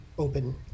open